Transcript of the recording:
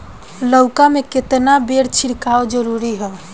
लउका में केतना बेर छिड़काव जरूरी ह?